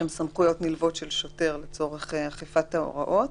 סמכויות נלוות 8. (א)לשם אכיפת תקנות 2,